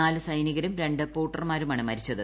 നാലു സൈനികരും രണ്ടു പോർട്ടർമാരുമാണ് മരിച്ചത്